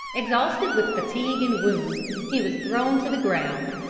exhausted with fatigue and wounds, he was thrown to the ground,